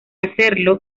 hacerlo